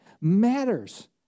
matters